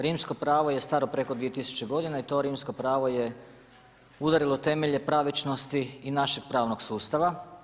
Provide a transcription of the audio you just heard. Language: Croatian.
Rimsko pravo je staro preko 2000 godina i to Rimsko pravo je udarilo temelje pravičnosti i našeg pravnog sustava.